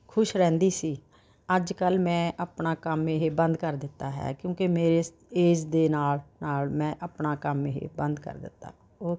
ਖੁਸ਼ ਰਹਿੰਦੀ ਸੀ ਅੱਜ ਕੱਲ੍ਹ ਮੈਂ ਆਪਣਾ ਕੰਮ ਇਹ ਬੰਦ ਕਰ ਦਿੱਤਾ ਹੈ ਕਿਉਂਕਿ ਮੇਰੇ ਏਜ ਦੇ ਨਾਲ ਨਾਲ ਮੈਂ ਆਪਣਾ ਕੰਮ ਇਹ ਬੰਦ ਕਰ ਦਿੱਤਾ ਓ